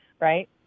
right